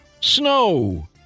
snow